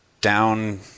down